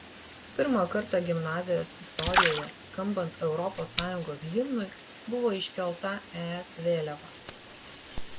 pirmą kartą gimnazijos istorijoje skambant europos sąjungos himnui buvo iškelta es vėliava